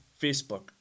Facebook